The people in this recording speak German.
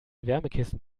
wärmekissen